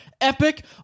Epic